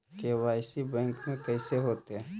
KYC bank में कैसे होतै?